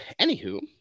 Anywho